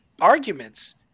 arguments